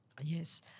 Yes